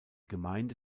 gemeinde